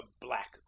black